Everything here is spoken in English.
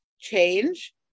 change